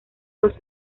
los